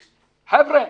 חבר'ה,